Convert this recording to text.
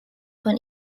von